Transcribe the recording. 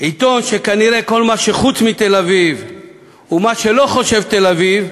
עיתון שכנראה כל מה שחוץ מתל-אביב ומה שלא חושב תל-אביב,